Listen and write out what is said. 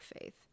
faith